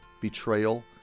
betrayal